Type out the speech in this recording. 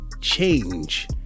change